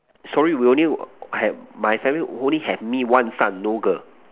sorry we only have my family only have me one son no girl